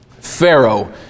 Pharaoh